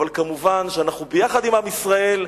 אבל מובן שאנחנו יחד עם עם ישראל,